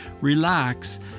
relax